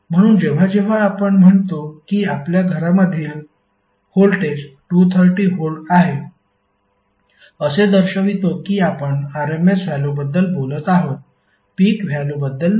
म्हणून जेव्हा जेव्हा आपण म्हणतो की आपल्या घरामधील व्होल्टेज 230 व्होल्ट आहे असे दर्शवितो की आपण RMS व्हॅल्यूबद्दल बोलत आहोत पीक व्हॅल्यूबद्दल नाही